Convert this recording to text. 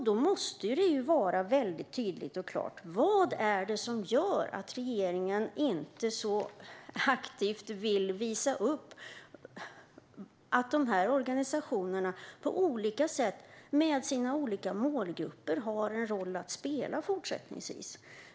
Då måste det vara väldigt tydligt och klart vad det är som gör att regeringen inte vill visa upp så aktivt att de här organisationerna på olika sätt och med sina olika målgrupper fortsättningsvis har en roll att spela.